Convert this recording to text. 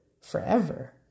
forever